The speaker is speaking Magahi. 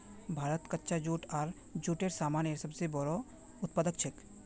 भारत कच्चा जूट आर जूटेर सामानेर सब स बोरो उत्पादक छिके